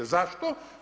Zašto?